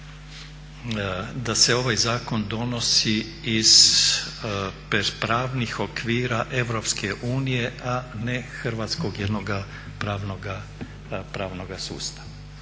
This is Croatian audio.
da se ovaj zakon donosi iz pravnih okvira EU a ne hrvatskog jednoga pravnoga sustava.